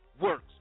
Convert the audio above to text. works